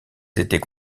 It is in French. étaient